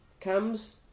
comes